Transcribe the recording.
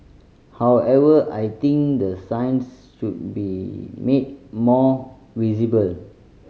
however I think the signs should be made more visible